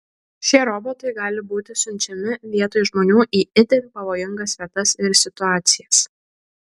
šie robotai gali būti siunčiami vietoj žmonių į itin pavojingas vietas ir situacijas